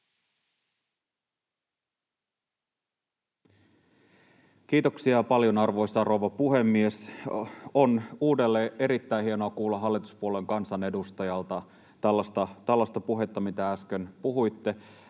Kiitoksia paljon, arvoisa rouva puhemies! On uudelleen erittäin hienoa kuulla hallituspuolueen kansanedustajalta tällaista puhetta, mitä äsken puhuitte.